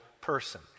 person